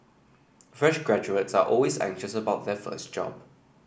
fresh graduates are always anxious about their first job